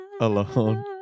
alone